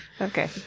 okay